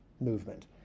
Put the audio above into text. movement